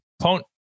point